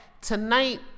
Tonight